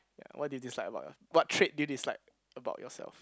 ya what do you dislike about your what trait do you dislike about yourself